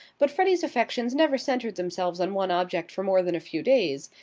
but freddie's affections never centred themselves on one object for more than a few days,